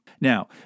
Now